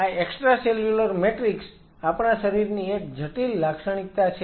હવે આ extracellular matrix આપણા શરીરની એક જટિલ લાક્ષણીકતા છે